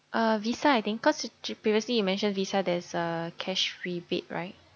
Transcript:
uh visa I think cause previously you mentioned visa there's a cash rebate right